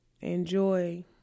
enjoy